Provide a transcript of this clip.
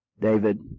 David